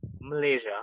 Malaysia